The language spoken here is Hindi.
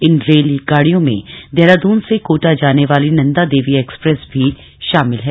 इन रेल गाड़ियों में देहरादून से कोटा जाने वाली नंदा देवी एक्सप्रेस भी शामिल है